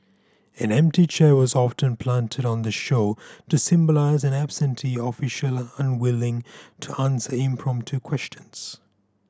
an empty chair was often planted on the show to symbolise an absentee official unwilling to answer impromptu questions